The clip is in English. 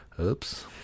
Oops